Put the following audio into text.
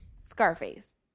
Scarface